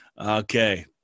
Okay